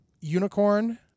Unicorn